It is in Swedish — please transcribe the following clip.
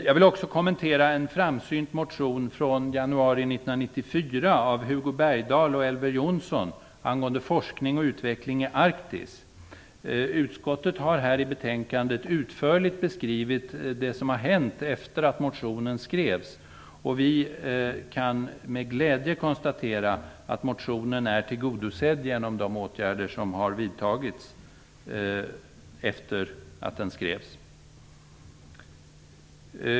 Jag vill också kommentera en framsynt motion från januari 1994 av Hugo Bergdahl och Elver Jonsson, angående forskning och utveckling i Arktis. Utskottet har här i betänkandet utförligt beskrivit det som har hänt efter det att motionen skrevs. Vi kan med glädje konstatera att motionen är tillgodosedd genom de åtgärder som har vidtagits efter det att den skrevs.